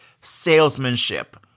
salesmanship